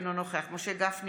אינו נוכח משה גפני,